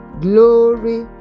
Glory